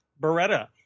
Beretta